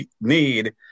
need